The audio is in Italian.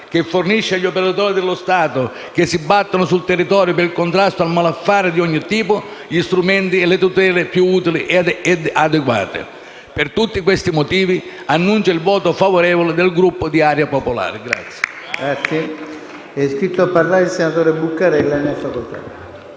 che fornisce agli operatori dello Stato, che si battono sui territori per il contrasto al malaffare di ogni tipo, gli strumenti e le tutele più utili e adeguate. Per tutti questi motivi annuncio il voto favorevole del Gruppo Area Popolare.